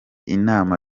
inama